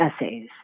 essays